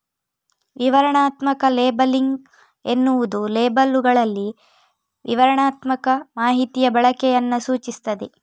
ವಿವರಣಾತ್ಮಕ ಲೇಬಲಿಂಗ್ ಎನ್ನುವುದು ಲೇಬಲ್ಲುಗಳಲ್ಲಿ ವಿವರಣಾತ್ಮಕ ಮಾಹಿತಿಯ ಬಳಕೆಯನ್ನ ಸೂಚಿಸ್ತದೆ